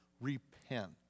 repent